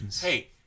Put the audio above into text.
Hey